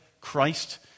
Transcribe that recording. Christ